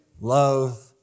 love